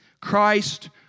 Christ